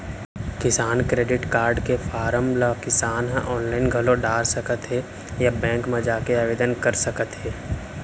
किसान credit card के form ल किसान ह आनलाइन घलौ डार सकत हें या बेंक म जाके आवेदन कर सकत हे